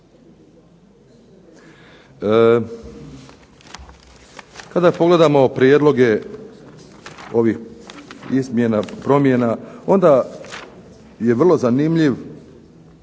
Kada pogledamo prijedloge ovih izmjena, promjena onda je vrlo zanimljiv